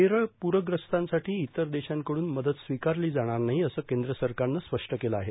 केरळ पुरग्रस्तांसाठी इतर देशांकडून मदत स्वीकारली जाणार नाही असं केंद्र सरकारनं स्पष्ट केलं आहे